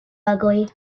ugly